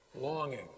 longing